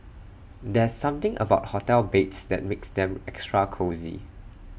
there's something about hotel beds that makes them extra cosy